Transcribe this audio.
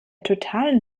totalen